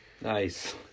Nice